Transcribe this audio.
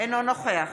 אינו נוכח